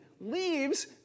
leaves